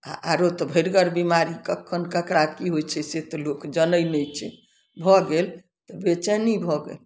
आओर आरो तऽ भरिगर बीमारी कखन ककरा की होइ छै से तऽ लोक जनय नहि छै भऽ गेल तऽ बेचैनी भऽ गेल